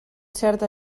cert